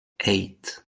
eight